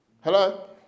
Hello